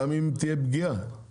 גם אם תהיה פגיעה.